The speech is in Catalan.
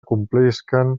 complisquen